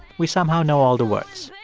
we somehow know all the words